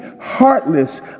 heartless